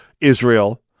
Israel